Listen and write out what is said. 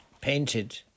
Painted